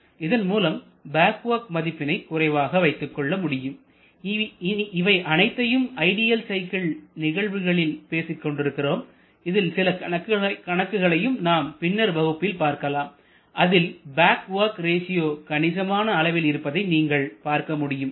இதன் மூலம் back work மதிப்பினை குறைவாக வைத்துக் கொள்ள முடியும் இவை அனைத்தையும் ஐடியல் சைக்கிள் நிகழ்வுகளில் பேசிக்கொண்டிருக்கிறோம் இதில் சில கணக்குகளையும் நாம் பின்னர் வகுப்புகளில் பார்க்கலாம் அதில் பேக் வொர்க் ரேசியோ கணிசமான அளவில் இருப்பதை நீங்கள் பார்க்க முடியும்